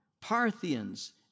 Parthians